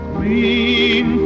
Green